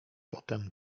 potem